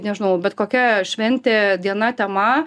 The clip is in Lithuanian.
nežinau bet kokia šventė diena tema